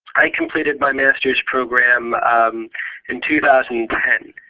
i completed my master's program in two thousand and ten.